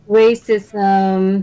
racism